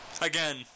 Again